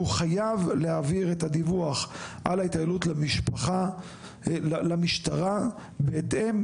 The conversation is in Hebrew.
חייב להעביר את הדיווח על ההתעללות למשטרה בהתאם